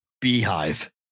beehive